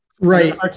Right